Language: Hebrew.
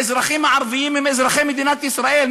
האזרחים הערבים הם אזרחי מדינת ישראל,